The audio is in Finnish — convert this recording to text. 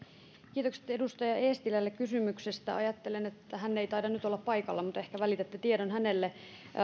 kiitokset edustaja eestilälle kysymyksestä ajattelen että hän ei taida nyt olla paikalla mutta ehkä välitätte tiedon hänelle